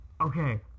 Okay